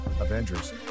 Avengers